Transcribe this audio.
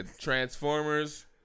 Transformers